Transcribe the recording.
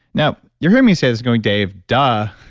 now you're hearing me say this going, dave, duh.